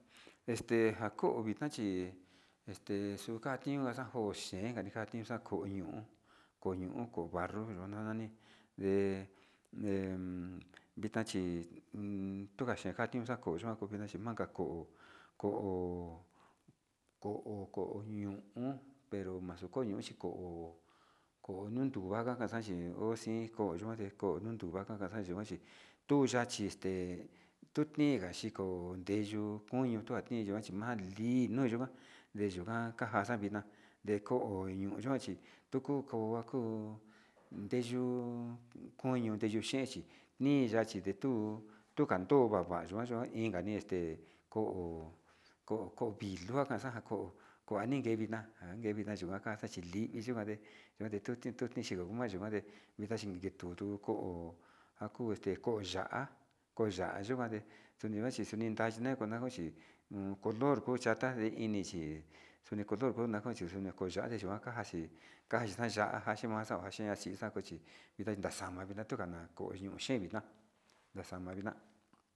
Este njako vitna chi este xunja tinio naxanjoxhi enka ninja tuxankonio ko'o nio ko'o barro njakoni nde nden vitna chi tuka ti barro ndakoyo tuvina chi manga ko manga ko ho ko'o ko'o ño'o pero maxoko ño'o chi ko'o ko'o nonduga ngagaxachi oxin koyukan nde ko'o ndukaka ko'o yukan chi tuyachi este tunigaxhi ni ko'o ndeyu koñio tengua chima kali'i noyikuan ndeyugan kanjaxoyi kuan deko ñoo yikuan chí tuku kao akao ndeyu koño ndeyu xhexi noya inde tuu tukan ko'o vava yikuan ndainka nite ko ko'o vilo njakanna xanjan ko'o kuani inke vitna kua inke vitna njana chí livi yikue yuane tuti yikuan kumali yikuande vinda xhine kitutu nduko njaku este ko'o ya'á koya'a yikuan nde tunexva chitande kuna'a nokochi no'o color ochata ndeichi chi xuni color ho nakonxhi koyade yinjuan kanja chí, kanja xhi naya'a njaxhimaon naxhin vitna nikaxana tungana ko'o yo xevina maxanga vitna.